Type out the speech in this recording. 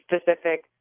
specific